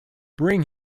bring